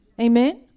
Amen